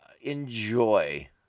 enjoy